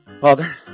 Father